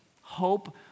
Hope